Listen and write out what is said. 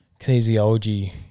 kinesiology –